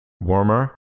Warmer